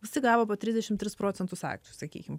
visi gavo po trisdešimt tris procentus akcijų sakykim